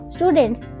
Students